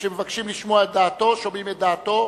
וכשמבקשים לשמוע את דעתו אז שומעים את דעתו,